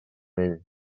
ell